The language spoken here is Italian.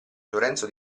lorenzo